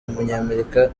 umunyamerika